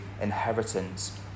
inheritance